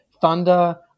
Thunder